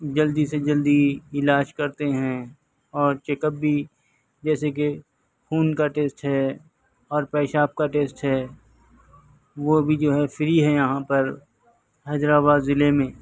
جلدی سے جلدی علاج کرتے ہیں اور چیک اپ بھی جیسے کہ خون کا ٹیسٹ ہے اور پیشاب کا ٹیسٹ ہے وہ بھی جو ہے فری ہے یہاں پر حیدرآباد ضلع میں